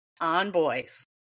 onboys